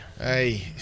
Hey